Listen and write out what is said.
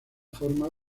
forma